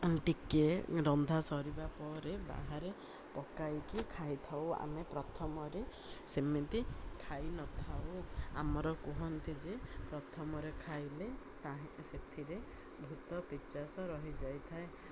ଟିକେ ରନ୍ଧା ସରିବା ପରେ ବାହାରେ ପକାଇକି ଖାଇଥାଉ ଆମେ ପ୍ରଥମରେ ସେମିତି ଖାଇନଥାଉ ଆମର କୁହନ୍ତି ଯେ ପ୍ରଥମରେ ଖାଇଲେ ତାହା ସେଥିରେ ଭୂତ ପିସାଚ ରହିଯାଇଥାଏ